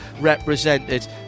represented